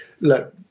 look